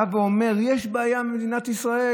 בא ואומר: יש בעיה במדינת ישראל,